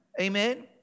Amen